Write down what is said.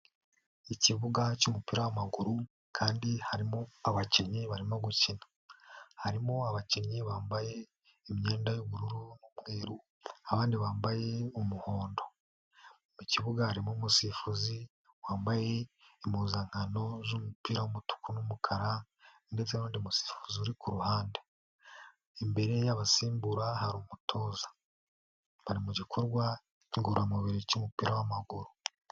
Ikibuga cy'umupira w'amaguru, kandi harimo abakinnyi barimo gukina. Harimo abakinnyi bambaye imyenda y'ubururu n'umweru, abandi bambaye umuhondo. Mu kibuga harimo umusifuzi, wambaye impuzankano z'umupira w'umutuku n'umukara, ndetse n'undi musifuzi uri ku ruhande. Imbere y'abasimbura, hari umutoza. Bari mu gikorwa ngororamubiri cy'umupira w'amaguru.